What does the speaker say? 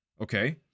okay